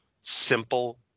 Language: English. simple